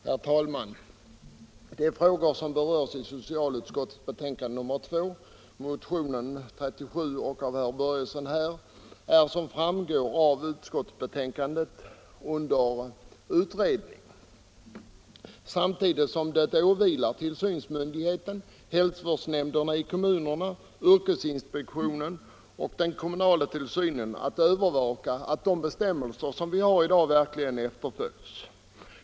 Herr talman! De frågor som berörs i socialutskottets betänkande nr 2 och i motionen 37 och som herr Börjesson i Falköping här har talat om är, vilket framgår av utskottsbetänkandet, under utredning. Samtidigt åvilar det tillsynsmyndigheterna, hälsovårdsnämnderna i kommunerna, yrkesinspektionen och de kommunala tillsyningsmännen, att övervaka att de bestämmelser som vi har i dag verkligen efterföljs.